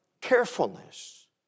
carefulness